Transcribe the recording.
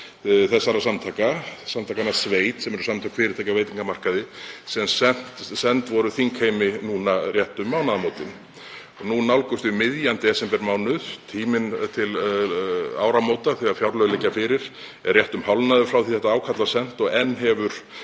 þessara samtaka, Samtakanna SVEIT, sem eru Samtök fyrirtækja á veitingamarkaði, sem sent var þingheimi nú um mánaðamótin. Nú nálgumst við miðjan desembermánuð. Tíminn til áramóta, þegar fjárlög liggja fyrir, er rétt hálfnaður frá því ákallið var sent og enn hefur